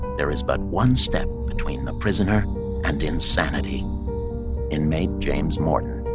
there is but one step between the prisoner and insanity inmate james morton